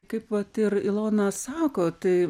kaip vat ir ilona sako tai